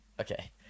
Okay